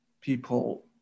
people